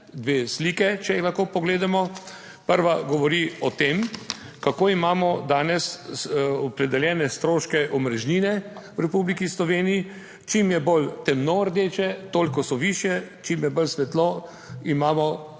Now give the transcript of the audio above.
dve sliki, če jih lahko pogledamo. Prva govori o tem, kako imamo danes opredeljene stroške omrežnine v Republiki Sloveniji. Čim je bolj temno rdeče, toliko so višje, čim je bolj svetlo, imamo